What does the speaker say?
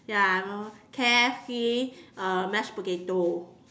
ya I know K_F_C uh mashed potato